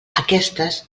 aquestes